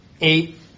eight